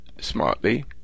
smartly